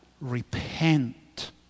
repent